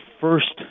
first